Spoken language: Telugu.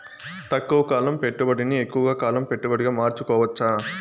తక్కువ కాలం పెట్టుబడిని ఎక్కువగా కాలం పెట్టుబడిగా మార్చుకోవచ్చా?